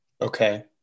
okay